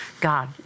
God